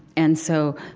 and so,